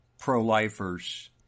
pro-lifers